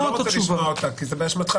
אתה לא רוצה לשמוע אותה כי זה באשמתך.